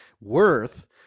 worth